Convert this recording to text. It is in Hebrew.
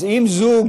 אז אם זוג